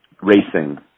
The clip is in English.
racing